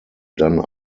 dann